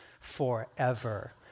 forever